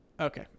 okay